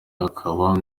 akaba